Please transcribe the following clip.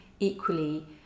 Equally